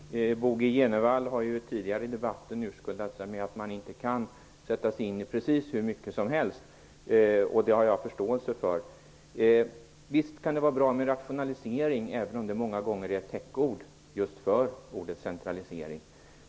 Herr talman! Bo G Jenevall har ju tidigare i debatten urskuldat sig med att man inte kan sätta sig in i precis hur mycket som helst, och det har jag förståelse för. Visst kan det vara bra med rationalisering, även om det ordet många gånger används som täckord just för centralisering.